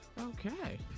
Okay